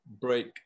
break